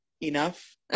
enough